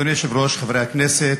אדוני היושב-ראש, חברי הכנסת,